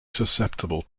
susceptible